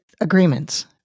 agreements